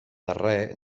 darrer